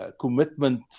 commitment